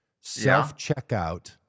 Self-checkout